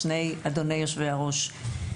שני יושבי הראש.